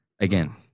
again